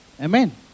Amen